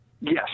Yes